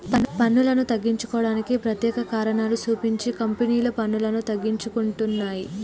పన్నులను తగ్గించుకోవడానికి ప్రత్యేక కారణాలు సూపించి కంపెనీలు పన్నులను తగ్గించుకుంటున్నయ్